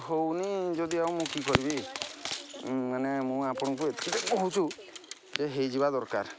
ହେଉନି ଯଦି ଆଉ ମୁଁ କି କରିବି ମାନେ ମୁଁ ଆପଣଙ୍କୁ ଏତେ କହୁଛି ଯେ ହୋଇଯିବା ଦରକାର